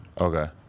okay